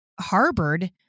harbored